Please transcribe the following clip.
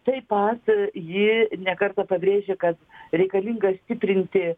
taip pat jįi ne kartą pabrėžė kad reikalinga stiprinti